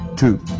Two